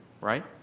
Right